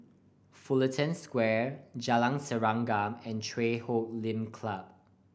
Fullerton Square Jalan Serengam and Chui Huay Lim Club